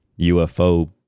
UFO